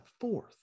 fourth